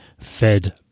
fed